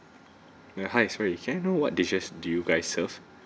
uh hi sorry can I know what dishes do you guys serve